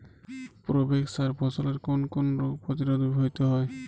Provex সার ফসলের কোন কোন রোগ প্রতিরোধে ব্যবহৃত হয়?